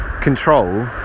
control